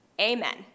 Amen